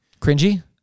cringy